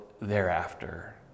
thereafter